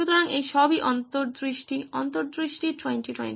সুতরাং এই সবই অন্তর্দৃষ্টি অন্তর্দৃষ্টি 20 20